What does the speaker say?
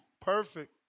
Perfect